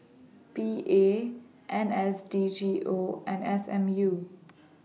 P A N S D G O and S M U